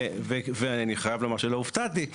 ואני חייב לומר שלא הופתעתי,